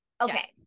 Okay